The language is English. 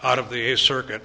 out of the circuit